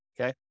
Okay